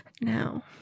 Now